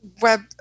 web